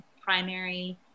primary